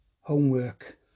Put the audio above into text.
homework